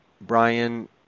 Brian